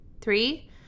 Three